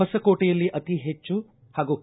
ಹೊಸಕೋಟೆಯಲ್ಲಿ ಅತಿ ಹೆಚ್ಚು ಹಾಗೂ ಕೆ